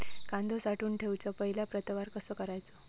कांदो साठवून ठेवुच्या पहिला प्रतवार कसो करायचा?